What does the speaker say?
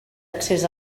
accés